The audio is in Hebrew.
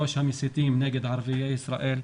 ראש המסיתים נגד ערביי ישראל,